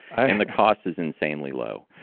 and the cost is insanely low.